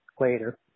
Later